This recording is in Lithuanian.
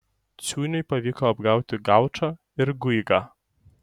ciūniui pavyko apgauti gaučą ir guigą